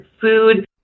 food